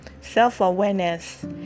self-awareness